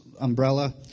umbrella